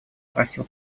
просил